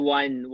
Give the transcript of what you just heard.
one